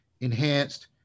enhanced